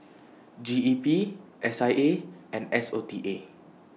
G E P S I A and S O T A